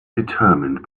determined